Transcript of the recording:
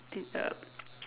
de~ uh